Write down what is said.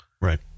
Right